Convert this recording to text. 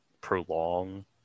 prolong